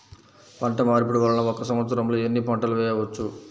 పంటమార్పిడి వలన ఒక్క సంవత్సరంలో ఎన్ని పంటలు వేయవచ్చు?